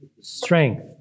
strength